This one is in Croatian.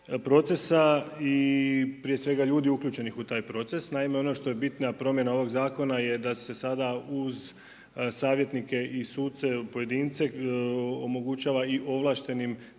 procesa i prije svega ljudi uključenih u taj proces. Naime, ono što je bitna promjena ovog zakona je da da se sada uz savjetnike i suce pojedince omogućava i ovlaštenim